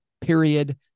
period